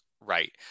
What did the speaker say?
Right